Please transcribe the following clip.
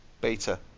beta